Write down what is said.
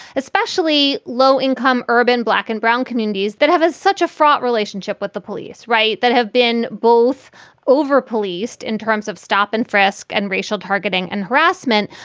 especially low income, urban, black and brown communities that have is such a fraught relationship with the police. right. that have been both overpoliced in terms of stop and frisk and racial targeting and harassment,